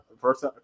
first